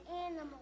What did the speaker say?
animals